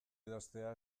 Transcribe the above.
idaztea